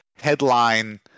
headline